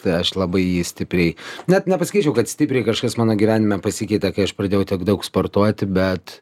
tai aš labai stipriai net nepasakyčiau kad stipriai kažkas mano gyvenime pasikeitė kai aš pradėjau tiek daug sportuoti bet